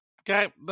okay